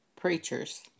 preachers